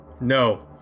No